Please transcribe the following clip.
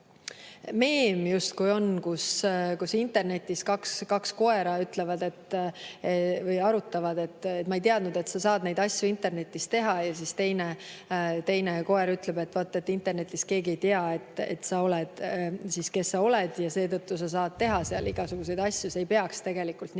üks tuntud meem, kus internetis kaks koera arutavad, üks ütleb, et ma ei teadnud, et sa saad neid asju internetis teha, ja teine koer ütleb, et vaat, internetis keegi ei tea, et sa oled, kes sa oled, ja seetõttu sa saad teha igasuguseid asju. See ei peaks tegelikult nii